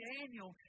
Daniel